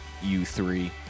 U3